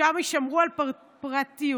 שם ישמרו על פרטיותם